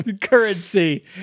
Currency